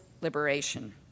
liberation